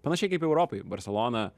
panašiai kaip europoj barselona